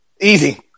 Easy